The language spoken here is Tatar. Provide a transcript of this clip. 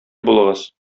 булыгыз